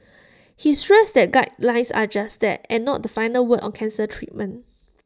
he stressed that guidelines are just that and not the final word on cancer treatment